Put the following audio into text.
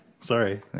sorry